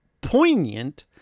poignant